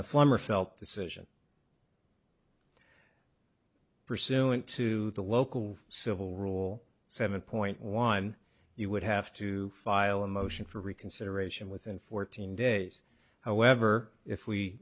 the former felt the session pursuant to the local civil rule seven point one you would have to file a motion for reconsideration within fourteen days however if we